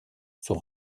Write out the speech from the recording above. sont